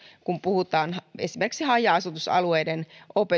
kun puhutaan esimerkiksi haja asutusalueiden